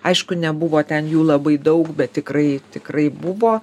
aišku nebuvo ten jų labai daug bet tikrai tikrai buvo